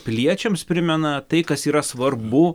piliečiams primena tai kas yra svarbu